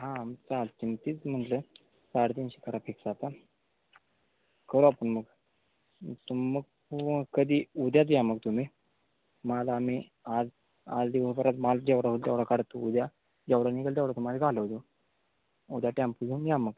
हां मग चालत आहे ना तेच म्हटलं साडे तीनशे करा फिक्स आता करू आपण मग तुम मग कधी उद्याच या मग तुम्ही माल आम्ही आज आज दिवसभरात माल जेवढा होतो तेवढा काढतो उद्या जेवढा निघेल तेवढा तुम्हाला घालवतो उद्या टॅम्पू घेऊन या मग